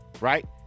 Right